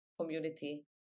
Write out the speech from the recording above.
community